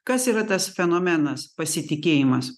kas yra tas fenomenas pasitikėjimas